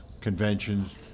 conventions